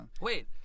Wait